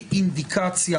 איזושהי אינדיקציה.